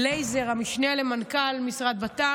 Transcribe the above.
לייזר, המשנה למנכ"ל משרד הבט"פ,